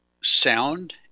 sound